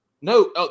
No